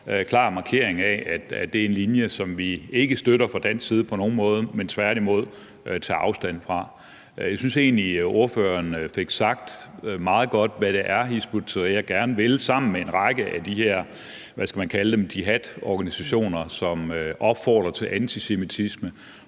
klar markering af, at det er en linje, vi ikke støtter fra dansk side på nogen måde, men tværtimod tager afstand fra. Jeg synes egentlig, ordføreren fik sagt meget godt, hvad det er, Hizb ut-Tahrir gerne vil sammen med en række af de her, hvad skal man kalde dem, jihadorganisationer, som opfordrer til antisemitisme,